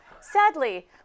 Sadly